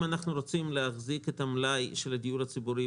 אם אנחנו רוצים להחזיק את מלאי הדיור הציבורי,